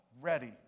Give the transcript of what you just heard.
ready